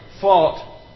fought